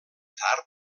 tard